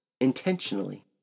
Intentionally